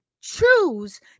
choose